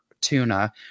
tuna